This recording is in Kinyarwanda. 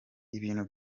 ibintu